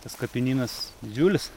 tas kapinynas didžiulis